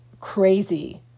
crazy